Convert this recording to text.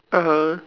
(uh huh)